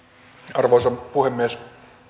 arvoisa